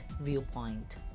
viewpoint